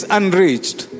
unreached